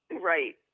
Right